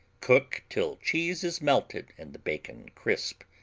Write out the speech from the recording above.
cook till cheese is melted and the bacon crisp,